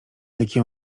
jaki